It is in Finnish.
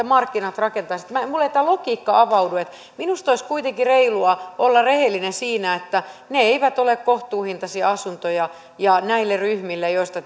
markkinat rakentaisivat minulle ei tämä logiikka avaudu minusta olisi kuitenkin reilua olla rehellinen siinä että ne eivät ole kohtuuhintaisia asuntoja ja näille ryhmille joista